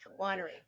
winery